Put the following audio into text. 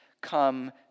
come